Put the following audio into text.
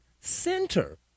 center